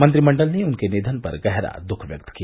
मंत्रिमंडल ने उनके निधन पर गहरा दुख व्यक्त किया